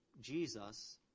Jesus